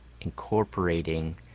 incorporating